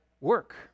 work